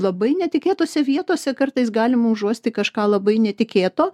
labai netikėtose vietose kartais galima užuosti kažką labai netikėto